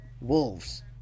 Wolves